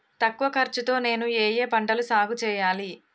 తక్కువ ఖర్చు తో నేను ఏ ఏ పంటలు సాగుచేయాలి?